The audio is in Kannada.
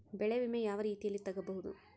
ಬೆಳೆ ವಿಮೆ ಯಾವ ರೇತಿಯಲ್ಲಿ ತಗಬಹುದು?